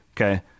Okay